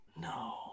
no